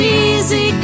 easy